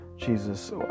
jesus